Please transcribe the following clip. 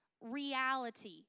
reality